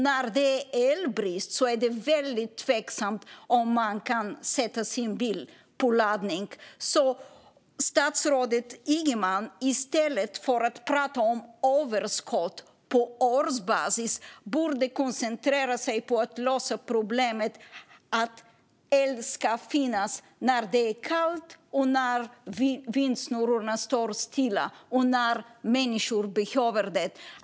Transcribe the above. När det är elbrist är det väldigt tveksamt om man kan sätta sin bil på laddning. I stället för att prata om överskott på årsbasis borde statsrådet Ygeman koncentrera sig på att lösa problemet vad gäller att el ska finnas när det är kallt, när vindsnurrorna står stilla och när människor behöver det.